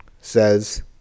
says